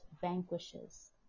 vanquishes